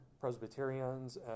Presbyterians